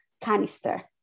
canister